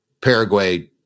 Paraguay